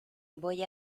voy